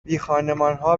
بیخانمانها